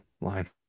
line